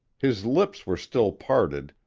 his lips were still parted,